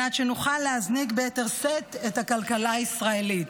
שנוכל להזניק ביתר שאת את הכלכלה הישראלית.